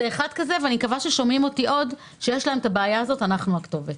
אני מקווה ששומעים אותי עוד שיש להם הבעיה הזו אנחנו הכתובת.